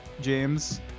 James